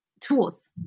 tools